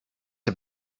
der